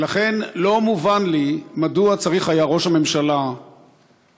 לכן לא מובן לי מדוע היה צריך ראש הממשלה לצייץ,